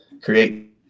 create